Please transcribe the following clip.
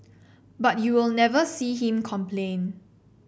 but you will never see him complain